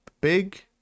big